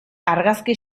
argazki